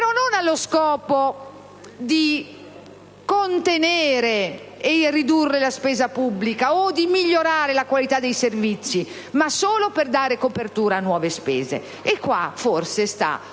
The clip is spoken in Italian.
e non allo scopo di contenere e ridurre la spesa pubblica o di migliorare la qualità dei servizi, ma solo per dare copertura a nuove spese. In questo, forse, sta